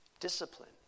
discipline